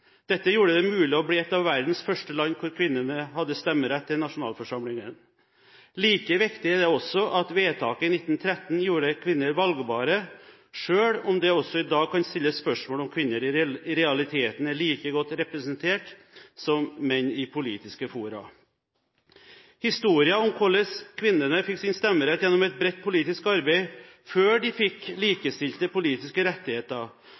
Dette gjorde det mulig å bli et av verdens første land hvor kvinnene hadde stemmerett til nasjonalforsamlingen. Like viktig er det også at vedtaket i 1913 gjorde kvinner valgbare, selv om det også i dag kan stilles spørsmål om kvinner i realiteten er like godt representert som menn i politiske fora. Historien om hvordan kvinnene fikk sin stemmerett gjennom et bredt politisk arbeid før de fikk likestilte politiske rettigheter,